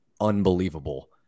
unbelievable